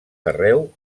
carreu